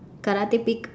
karate pig